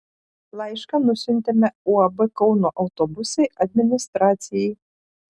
laišką nusiuntėme uab kauno autobusai administracijai